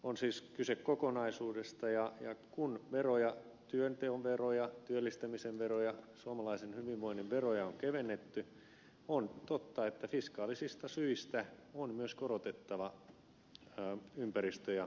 on siis kyse kokonaisuudesta ja kun veroja työnteon veroja työllistämisen veroja suomalaisen hyvinvoinnin veroja on kevennetty on totta että fiskaalisista syistä on myös korotettava ympäristö ja kulutusveroja